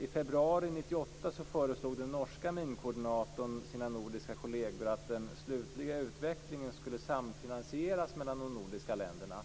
I februari 1998 föreslog den norska minkoordinatorn sina nordiska kolleger att den slutliga utvecklingen skulle samfinansieras av de nordiska länderna,